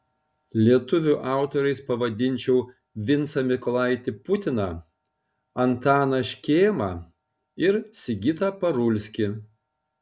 lietuvių autoriais pavadinčiau vincą mykolaitį putiną antaną škėmą ir sigitą parulskį